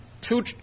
two